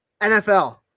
NFL